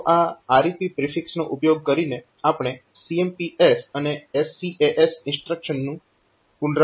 તો આ REP પ્રિફિક્સનો ઉપયોગ કરીને આપણે CMPS અથવા SCAS ઇન્સ્ટ્રક્શનનું પુનરાવર્તન કરી શકીએ છીએ